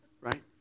right